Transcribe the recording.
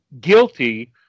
guilty